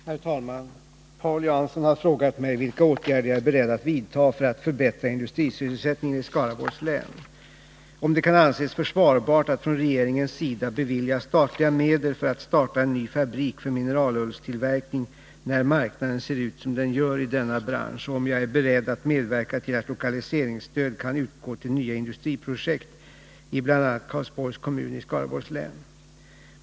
Herr talman! Paul Jansson har frågat mig vilka åtgärder jag är beredd att vidta för att förbättra industrisysselsättningen i Skaraborgs län, om det kan anses försvarbart att från regeringens sida bevilja statliga medel för att starta en ny fabrik för mineralullstillverkning, när marknaden ser ut som den gör i denna bransch, och om jag är beredd att medverka till att lokaliseringsstöd kan utgå till nya industriprojekt i bl.a. Karlsborgs kommun i Skaraborgs län.